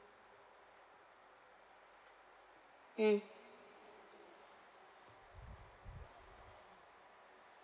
mm